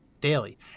daily